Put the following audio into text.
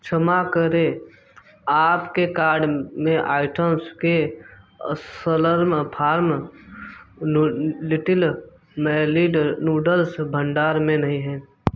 क्षमा करें आपके कार्ड में आइटम्स के अस्लर्र्न फ़ार्म लिटिल मैलेड नूडल्स भंडार में नहीं है